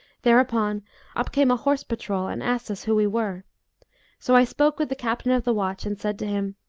thereupon up came a horse-patrol and asked us who we were so i spoke with the captain of the watch and said to him,